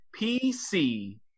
PC